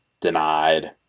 Denied